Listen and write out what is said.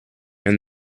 and